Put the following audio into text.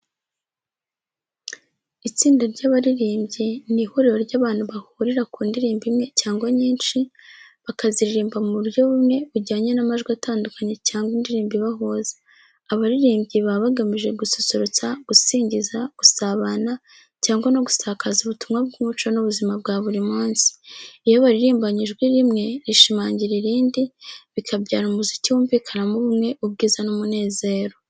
Itsinda ry’abaririmbyi ni ihuriro ry’abantu bahurira ku ndirimbo imwe cyangwa nyinshi, bakaziririmba mu buryo bumwe, bujyanye n’amajwi atandukanye cyangwa indirimbo ibahuza. Abaririmbyi baba bagamije gususurutsa, gusingiza, gusabana cyangwa no gusakaza ubutumwa bw’umuco n’ubuzima bwa buri munsi. Iyo baririmbanye ijwi rimwe rishimangira irindi, bikabyara umuziki wumvikanamo ubumwe, ubwiza n’umunezero.